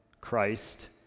Christ